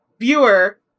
viewer